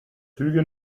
züge